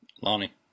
Lonnie